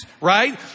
right